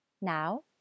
Now